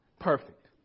Perfect